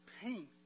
pain